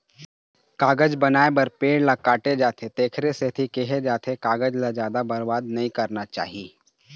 कागज बनाए बर पेड़ ल काटे जाथे तेखरे सेती केहे जाथे कागज ल जादा बरबाद नइ करना चाही